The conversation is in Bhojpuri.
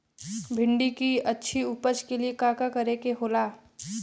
भिंडी की अच्छी उपज के लिए का का करे के होला?